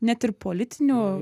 net ir politinių